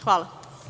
Hvala.